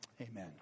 amen